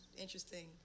interesting